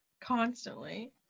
constantly